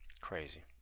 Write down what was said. Crazy